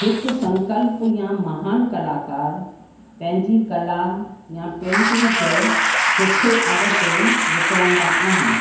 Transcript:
हिकु संकल्प या महान कलाकार पंहिंजी कला या पेंटिंग खे सुठे अघ ते विकिणंदा आहिनि